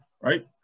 Right